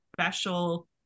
special